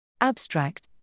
Abstract